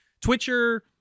Twitcher